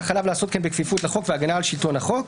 אך עליו לעשות כן בכפיפות לחוק ובהגנה על שלטון החוק.